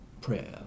prayer